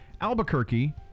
Albuquerque